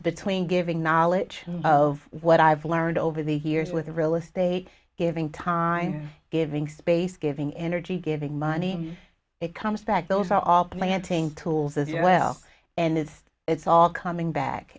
between giving knowledge of what i've learned over the years with real estate giving time and giving space giving energy giving money it comes back those are all planting tools as well and it's all coming back